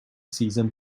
season